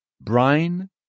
Brine